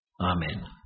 Amen